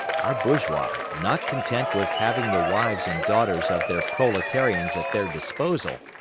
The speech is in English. our bourgeois, not content with having the wives and daughters of their proletarians at their disposal,